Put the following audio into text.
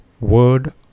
word